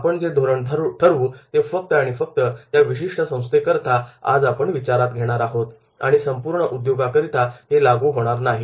आपण जे धोरण ठरवू ते फक्त आणि फक्त या विशिष्ट संस्थेकरता आज आपण विचारात घेणार आहोत आणि संपूर्ण उद्योगाकरिता हे लागू होणार नाही